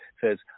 says –